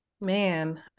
man